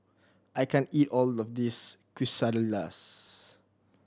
I can't eat all of this Quesadillas